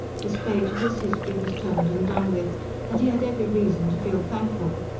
this page of his history was turned and done with and he had every reason to feel thankful.